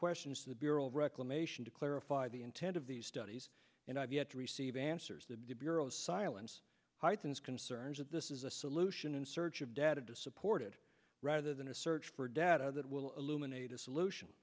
questions to the bureau of reclamation to clarify the intent of these studies and i've yet to receive answers the bureau of silence heightens concerns that this is a solution in search of data to support it rather than a search for data that will eliminate a solution